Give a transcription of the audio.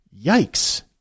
Yikes